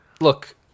look